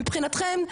מבחינתכם,